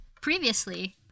previously